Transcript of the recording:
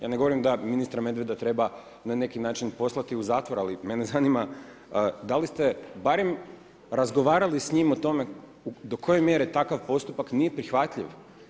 Ja ne govorim da ministra Medveda treba na neki način poslati u zatvor, ali mene zanima da li ste barem razgovarali sa njim o tome do koje mjere takav postupak nije prihvatljiv.